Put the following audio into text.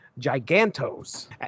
Gigantos